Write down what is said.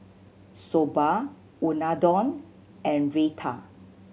Soba Unadon and Raita